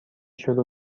شروع